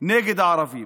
כלפי הערבים.